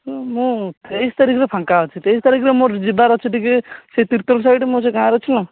ମୁଁ ତେଇଶ ତାରିଖରେ ଫାଙ୍କା ଅଛି ତେଇଶ ତାରିଖରେ ମୋର ଯିବାର ଅଛି ଟିକେ ସେ ତିର୍ତ୍ତୋଲ ସାଇଡ଼୍ ମୁଁ ସେ ଗାଁରେ ଅଛି ନା